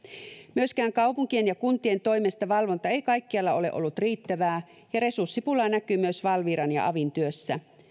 myöskään kaupunkien ja kuntien toimesta valvonta ei kaikkialla ole ollut riittävää ja resurssipula näkyy myös valviran ja avin työssä